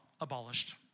abolished